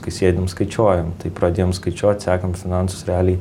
kai sėdim skaičiuojamtai pradėjom skaičiuot sekam finansus realiai